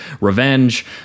revenge